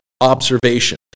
observation